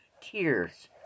Tears